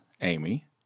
Amy